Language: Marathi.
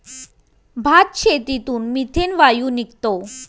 भातशेतीतून मिथेन वायू निघतो